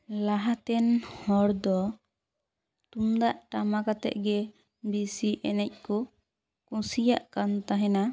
ᱞᱟᱦᱟ ᱛᱮᱱ ᱦᱚᱲ ᱫᱚ ᱛᱩᱢᱫᱟᱜ ᱴᱟᱢᱟᱠ ᱟᱛᱮ ᱜᱮ ᱵᱮᱥᱤ ᱮᱱᱮᱡ ᱠᱚ ᱠᱩᱥᱤᱭᱟᱜ ᱠᱟᱱ ᱛᱟᱦᱮᱱᱟ